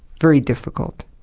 very difficult.